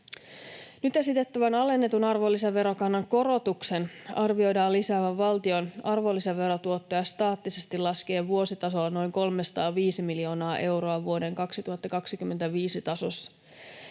Nyt esitettävän alennetun arvonlisäverokannan korotuksen arvioidaan lisäävän valtion arvonlisäverotuottoja staattisesti laskien vuositasolla noin 305 miljoonaa euroa vuoden 2025 tasossa.